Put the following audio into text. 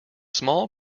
small